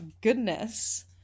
goodness